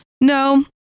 no